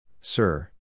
sir